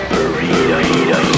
Burrito